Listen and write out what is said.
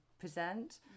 present